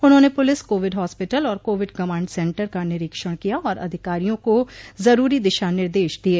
उन्होंने police Covid hospital और Covid command centre का निरीक्षण किया और अधिकारियों को जरूरी दिशा निर्देश द दिये